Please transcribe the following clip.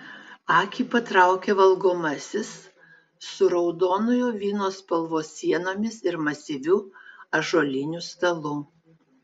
akį patraukė valgomasis su raudonojo vyno spalvos sienomis ir masyviu ąžuoliniu stalu